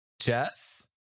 Jess